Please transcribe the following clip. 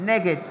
נגד